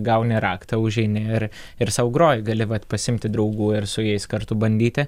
gauni raktą užeini ir ir sau groji gali pasiimti draugų ir su jais kartu bandyti